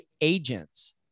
agents